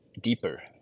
deeper